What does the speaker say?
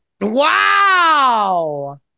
Wow